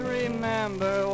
remember